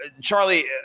Charlie